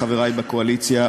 לחברי בקואליציה,